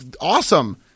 Awesome